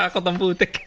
of the the